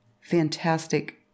fantastic